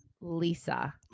Lisa